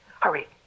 Hurry